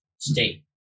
state